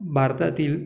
भारतातील